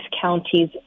counties